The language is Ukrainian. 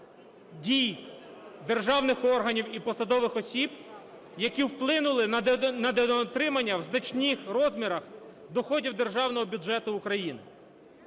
дій державних органів і посадових осіб, які вплинули на недоотримання в значних розмірах доходів державного бюджету України.